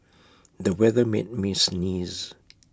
the weather made me sneeze